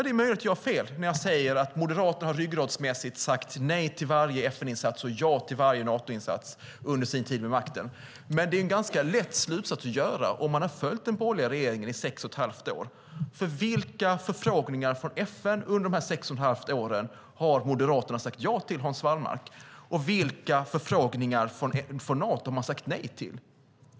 Det är möjligt att jag har fel när jag säger att Moderaterna ryggmärgsmässigt har sagt nej till varje FN-insats och ja till varje Natoinsats under sin tid vid makten. Men det är en ganska lätt slutsats att dra om man har följt den borgerliga regeringen i sex och ett halvt år. Vilka förfrågningar från FN under de här sex och ett halvt åren har Moderaterna sagt ja till, Hans Wallmark, och vilka förfrågningar från Nato har man sagt nej till?